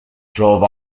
drove